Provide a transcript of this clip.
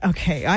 Okay